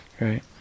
Right